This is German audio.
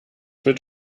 mit